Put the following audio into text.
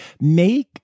make